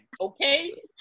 okay